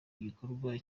gikorwa